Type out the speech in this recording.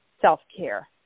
self-care